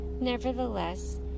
Nevertheless